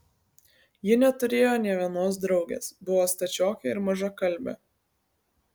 ji neturėjo nė vienos draugės buvo stačiokė ir mažakalbė